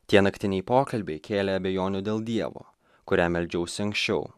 tie naktiniai pokalbiai kėlė abejonių dėl dievo kuriam meldžiausi anksčiau